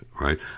right